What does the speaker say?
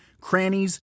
crannies